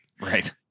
Right